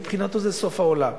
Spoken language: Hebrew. מבחינתו זה סוף העולם.